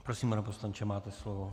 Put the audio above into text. Prosím, pane poslanče, máte slovo.